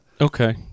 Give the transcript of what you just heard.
Okay